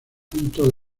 punto